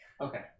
Okay